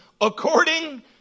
according